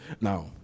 Now